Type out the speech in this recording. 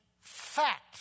fact